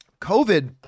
COVID